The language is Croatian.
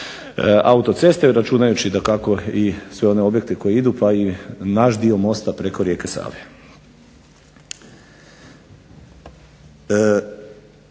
autoceste računajući i sve one objekte koji idu pa i naš dio mosta preko rijeke Save.